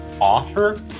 offer